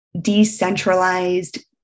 decentralized